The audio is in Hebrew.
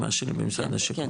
ממה שיש במשרד השיכון.